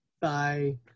Bye